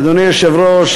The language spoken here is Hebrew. אדוני היושב-ראש,